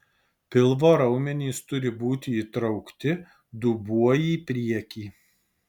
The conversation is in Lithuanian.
pilvo raumenys turi būti įtraukti dubuo į priekį